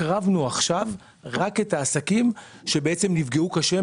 הקרבנו עכשיו רק את העסקים שנפגעו קשה,